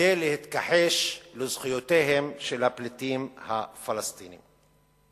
כדי להתכחש לזכויותיהם של הפליטים הפלסטינים.